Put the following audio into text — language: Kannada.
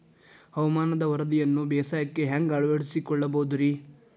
ಹವಾಮಾನದ ವರದಿಯನ್ನ ಬೇಸಾಯಕ್ಕ ಹ್ಯಾಂಗ ಅಳವಡಿಸಿಕೊಳ್ಳಬಹುದು ರೇ?